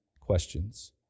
questions